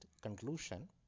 conclusion